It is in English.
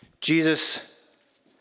Jesus